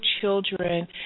children